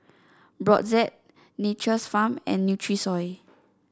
Brotzeit Nature's Farm and Nutrisoy